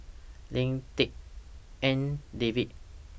Lim Tik En David